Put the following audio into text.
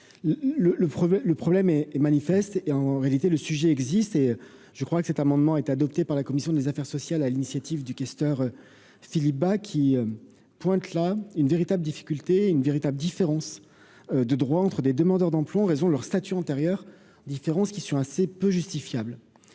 le problème est est manifeste et en réalité le sujet existe et je crois que cet amendement est adopté par la commission des affaires sociales, à l'initiative du questeur, Philippe Bas, qui pointe là une véritable difficulté une véritable différence de droit entre des demandeurs d'emploi en raison de leur statut antérieur différences qui sont assez peu justifiables,